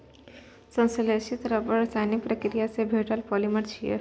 संश्लेषित रबड़ रासायनिक प्रतिक्रिया सं भेटल पॉलिमर छियै